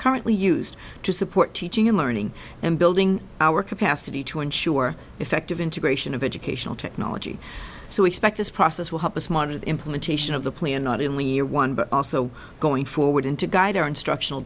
currently used to support teaching and learning and building our capacity to ensure effective integration of educational technology so i expect this process will help us monitor the implementation of the plan not only year one but also going forward to guide our instructional